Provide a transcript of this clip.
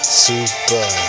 super